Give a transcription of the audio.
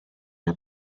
yna